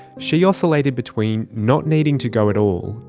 she oscillated between not needing to go at all,